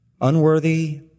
unworthy